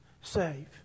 save